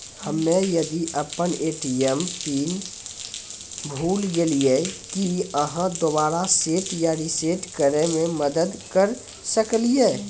हम्मे यदि अपन ए.टी.एम पिन भूल गलियै, की आहाँ दोबारा सेट या रिसेट करैमे मदद करऽ सकलियै?